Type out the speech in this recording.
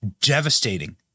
devastating